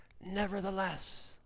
nevertheless